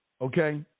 okay